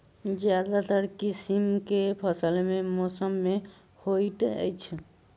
ज्यादातर किसिम केँ फसल केँ मौसम मे होइत अछि?